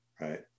right